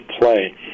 play